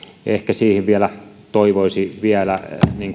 ehkä siihen toivoisi vielä